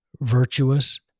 virtuous